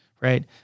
right